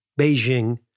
Beijing